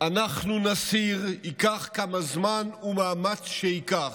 אנחנו נסיר, ייקח כמה זמן ומאמץ שייקח,